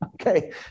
Okay